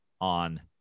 on